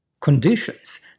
conditions